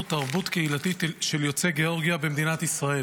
תרבות קהילתית של יוצאי גאורגיה במדינת ישראל.